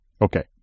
Okay